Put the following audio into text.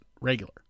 regular